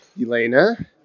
Elena